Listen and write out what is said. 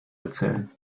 erzählen